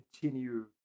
continue